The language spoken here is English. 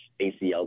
ACL